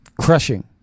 crushing